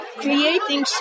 creating